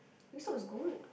this stop is good